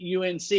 UNC